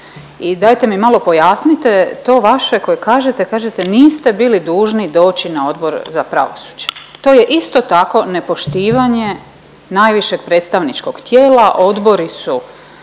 I dajte mi malo pojasnite to vaše koje kažete, kažete niste bili dužni doći na Odbor za pravosuđe. To je isto tako nepoštivanje najvišeg predstavničkog tijela. Odbori su